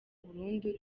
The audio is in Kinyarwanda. burundu